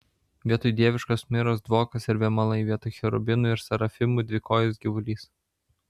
vietoj dieviškos miros dvokas ir vėmalai vietoj cherubinų ir serafimų dvikojis gyvulys